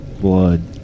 blood